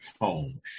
home